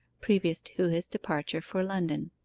previous to his departure for london.